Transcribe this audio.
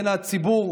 בין הציבור